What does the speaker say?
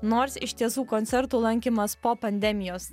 nors iš tiesų koncertų lankymas po pandemijos